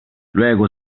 luego